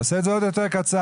תעשה את זה עוד יותר קצר.